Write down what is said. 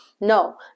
No